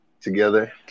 together